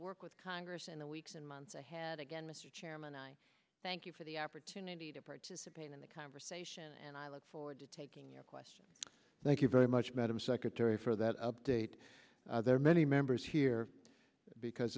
work with congress in the weeks and months ahead again mr chairman i thank you for the opportunity to participate in the conversation and i look forward to taking your questions thank you very much madam secretary for that update there are many members here because